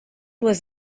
was